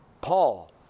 Paul